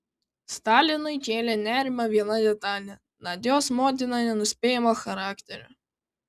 stalinui kėlė nerimą viena detalė nadios motina nenuspėjamo charakterio